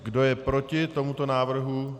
Kdo je proti tomuto návrhu?